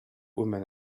woman